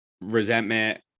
resentment